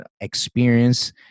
experience